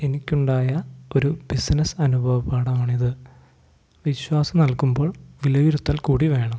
എനിക്കുണ്ടായ ഒരു ബിസിനസ്സ് അനുഭവ പാഠമാണിത് വിശ്വാസം നൽകുമ്പോൾ വിലയുരുത്തൽ കൂടി വേണം